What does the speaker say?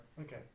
Okay